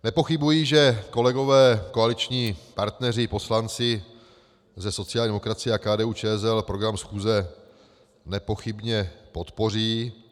Nepochybuji, že kolegové koaliční partneři i poslanci ze sociální demokracie a KDUČSL program schůze nepochybně podpoří.